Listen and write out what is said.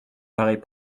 paraît